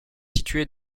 situé